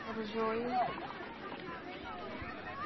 Rajouri